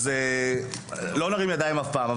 אז לא נרים ידיים אף פעם.